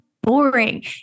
boring